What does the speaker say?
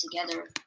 together